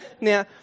Now